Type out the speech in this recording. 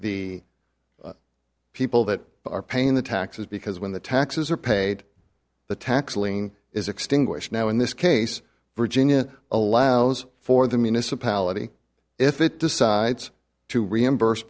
the people that are paying the taxes because when the taxes are paid the tax lien is extinguished now in this case virginia allows for the municipality if it decides to reimburse